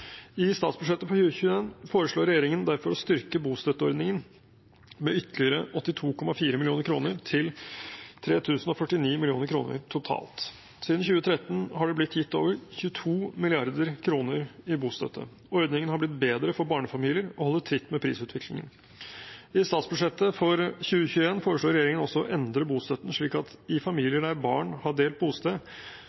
I statsbudsjettet for 2021 foreslår regjeringen derfor å styrke bostøtteordningen med ytterligere 82,4 mill. kr, til 3 049 mill. kr totalt. Siden 2013 har det blitt gitt over 22 mrd. kr i bostøtte. Ordningen har blitt bedre for barnefamilier og holder tritt med prisutviklingen. I statsbudsjettet for 2021 foreslår regjeringen også å endre bostøtten slik at i